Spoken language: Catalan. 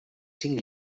cinc